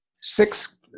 six